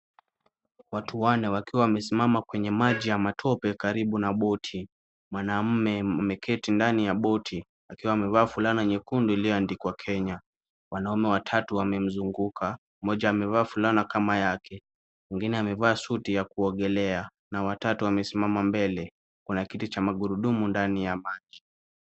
Watu wanne wakiwa wamesimama kwenye maji ya matope karibu na boti. Mwanamume ameketi ndani ya boti, akiwa amevaa fulana nyekundu iliyoandikwa Kenya. Wanaume watatu wamemzunguka, mmoja amevaa fulana kama yake, mwingine amevaa suti ya kuogelea na watatu wamesimama mbele. Kuna kiti cha magurudumu ndani ya maji.